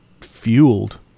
fueled